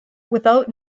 without